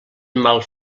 mal